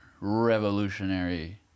revolutionary